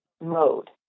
mode